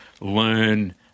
learn